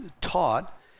taught